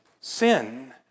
sin